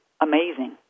amazing